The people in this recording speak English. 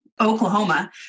Oklahoma